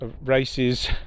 races